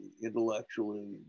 intellectually